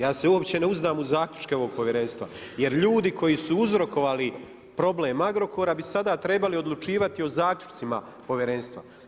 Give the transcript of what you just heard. Ja se uopće ne uzdam u zaključke ovog Povjerenstva jer ljudi koji su uzrokovali problem Agrokora bi sada trebali odlučivati o zaključcima Povjerenstva.